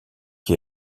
qui